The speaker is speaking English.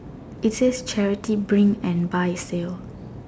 it says charity bring and buy sale